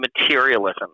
materialism